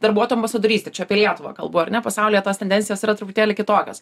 darbuotojų ambasadorystė čia apie lietuvą kalbu ar ne pasaulyje tos tendencijos yra truputėlį kitokios